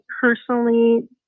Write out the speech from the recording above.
personally